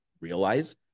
realize